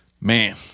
Man